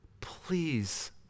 Please